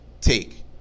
take